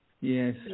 Yes